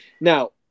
Now